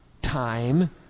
Time